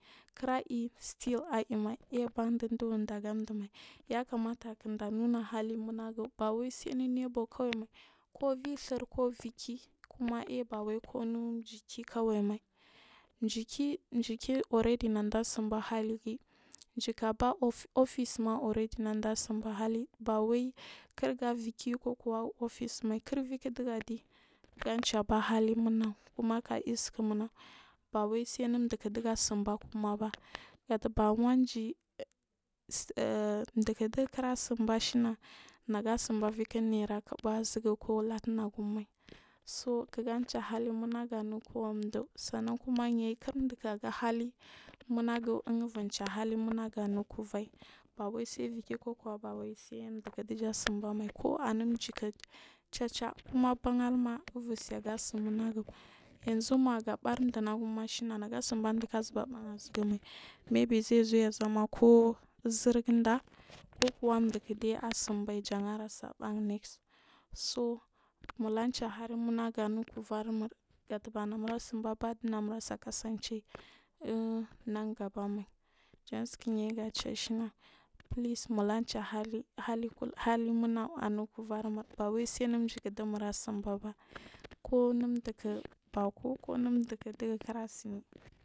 Kira i setil aimai ayɓan ɗuɗubur daa ga ɗumai yarkamata ɗkiɗanuna hali munagu bawai sa anu nebour kawaimai ku uvir ɗhir ku uvukeay kuma ai bawai anu jiki kawaimai jiki oredy nada sinba haligiyi jika ba office ma naɗa sinba haligi kik ga ubukey ku’uvu office mai kil evindiga ɗi ganceba hali munagu kumaga isu munagu bawai sai unudu ku diga sinba kumaba gataba wanji duu kira tsinba shiya nayazan ividi yara kubumai kulatu negumai so kik gancha hali munagu anukuwani ɗuuh kumaya yi kirɗuku aga hali munagu imbur cha helimunagu anu kullai baw iku uvukey ku kuwa ɗuku viya sinvamai kill anun jiku chacha kuma banga abur sega sununagu yazu mega bar dunagum shiya nega sinba duku azuwa ɓan azugumai me be zaizo yazama ku izirgind. Kukuwa ɗukude asinbai jan ase banri so mura cha hali nunagu ai ukuvarmur gata ba mura simba bad namura sai kesance unanga bama sinku yayi ga ce shins pleasi mura cha hali kul hali mu nag il ar u kuvarmur waisai nujiki dummur a tsinbaba kunu chiku bako kon um duu diga kira tsimi.